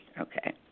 Okay